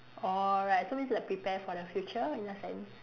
alright so means like prepare for the future in a sense